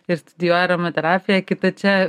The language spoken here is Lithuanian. ir studijuoja aromaterapiją kita čia